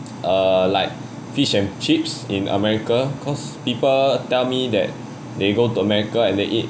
err like fish and chips in america cause people tell me that they go to america and they eat